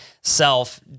self